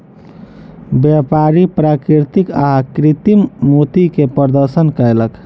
व्यापारी प्राकृतिक आ कृतिम मोती के प्रदर्शन कयलक